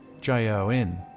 J-O-N